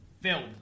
filled